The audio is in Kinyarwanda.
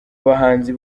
bahanzi